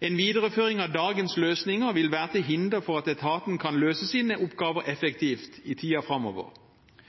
En videreføring av dagens løsninger vil være til hinder for at etaten kan løse sine oppgaver